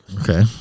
Okay